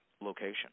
location